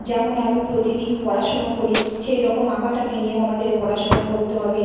যেমন আমি প্রতিদিন পড়াশুনো করি সেই রকম আঁকাটাকে নিয়েও আমাদের পড়াশুনো করতে হবে